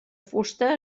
fusta